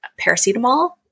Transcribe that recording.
paracetamol